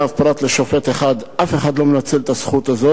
פרט לשופט אחד אף אחד לא מנצל את הזכות הזאת,